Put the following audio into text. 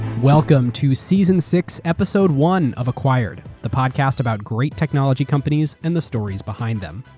welcome to season six, episode one of acquired. the podcast about great technology companies and the stories behind them.